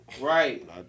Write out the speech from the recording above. Right